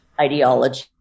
ideology